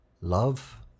Love